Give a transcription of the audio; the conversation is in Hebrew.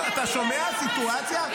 אתה שומע סיטואציה,